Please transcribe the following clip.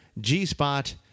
G-Spot